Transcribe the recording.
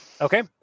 Okay